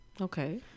Okay